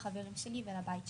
לחברים שלי ולבית שלי.